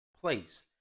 place